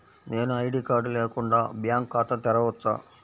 నేను ID card లేకుండా bank ఖాతా తెరవచ్చా?